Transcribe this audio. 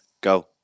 Go